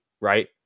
right